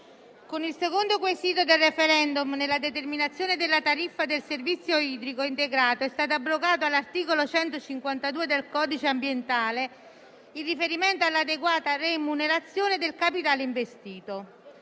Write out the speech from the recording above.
Con il secondo quesito del *referendum,* nella determinazione della tariffa del servizio idrico integrato è stato abrogato, all'articolo 152 del codice ambientale, il riferimento all'adeguata remunerazione del capitale investito.